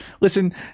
Listen